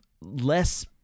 less